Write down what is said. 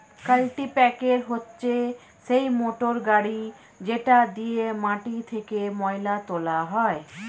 কাল্টিপ্যাকের হচ্ছে সেই মোটর গাড়ি যেটা দিয়ে মাটি থেকে ময়লা তোলা হয়